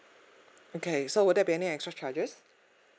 okay so would there be any extra charges